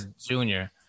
Junior